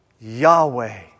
Yahweh